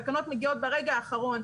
התקנות מגיעות ברגע האחרון,